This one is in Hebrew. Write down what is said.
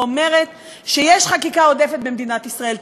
ואומרת שיש חקיקה עודפת במדינת ישראל.